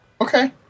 okay